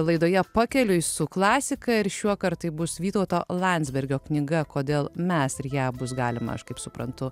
laidoje pakeliui su klasika ir šiuokart tai bus vytauto landsbergio knyga kodėl mes ir ją bus galima aš kaip suprantu